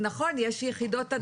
נכון, יש יחידות הנדסה.